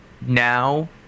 now